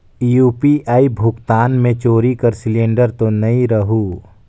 UPI भुगतान मे चोरी कर सिलिंडर तो नइ रहु?